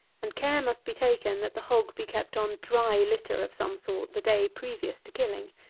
and care must be taken, that the hog be kept on dry litter of some sort the day previous to killing.